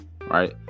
right